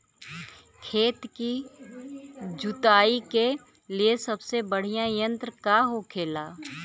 खेत की जुताई के लिए सबसे बढ़ियां यंत्र का होखेला?